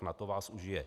Na to vás užije.